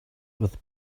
with